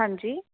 ਹਾਂਜੀ